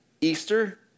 Easter